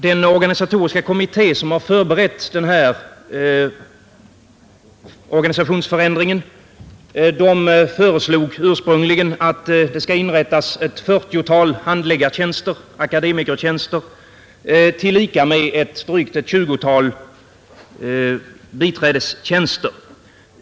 Den organisatoriska kommitté som har förberett den här organisationsförändringen föreslog ursprungligen att det skall inrättas ett fyrtiotal handläggartjänster — akademikertjänster — tillika med ett tjugotal biträdestjänster.